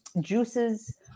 juices